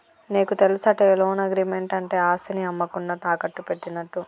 నీకు తెలుసటే, loan agreement అంటే ఆస్తిని అమ్మకుండా తాకట్టు పెట్టినట్టు